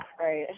Right